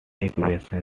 equation